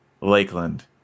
Lakeland